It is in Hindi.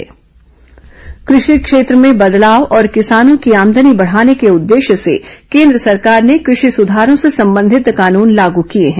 कृषि कानून कृषि क्षेत्र में बदलाव और किसानों की आमदनीबढ़ाने के उद्देश्य से केन्द्र सरकार ने कृषि सुधारों से संबंधित कानून लागू किये हैं